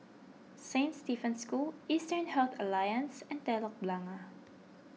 Saint Stephen's School Eastern Health Alliance and Telok Blangah